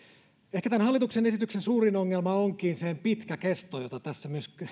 ehkä tämän hallituksen esityksen suurin ongelma onkin sen pitkä kesto jota tässä myös